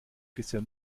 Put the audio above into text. bisher